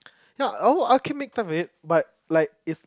no oh I can make the but like it's